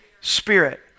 Spirit